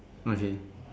okay